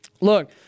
Look